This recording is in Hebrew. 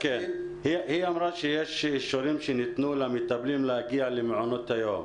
היא אמרה שיש אישורים שניתנו למטפלים להגיע למעונות היום.